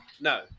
No